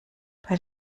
bei